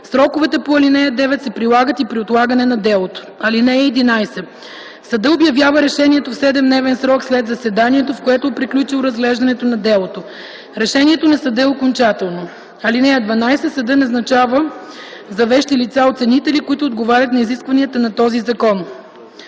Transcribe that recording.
Сроковете по ал. 9 се прилагат и при отлагане на делото. (11) Съдът обявява решението в 7-дневен срок след заседанието, в което е приключило разглеждането на делото. Решението на съда е окончателно. (12) Съдът назначава за вещи лица оценители, които отговарят на изискванията на този закон.